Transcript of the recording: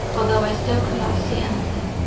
although i still could not see anything.